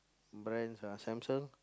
brands ah Samsung